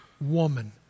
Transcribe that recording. woman